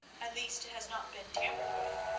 at least it has not been tampered with,